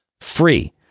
Free